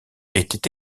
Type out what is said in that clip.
était